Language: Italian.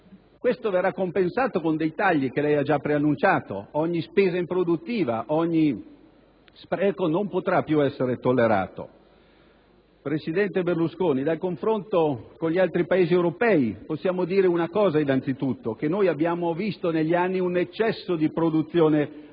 Ciò verrà compensato con dei tagli, come lei ha già preannunciato: ogni spesa improduttiva, ogni spreco non potrà più essere tollerato. Presidente Berlusconi, dal confronto con gli altri Paesi europei possiamo rilevare innanzitutto che negli anni abbiamo visto un eccesso di produzione normativa